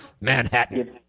Manhattan